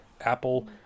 Apple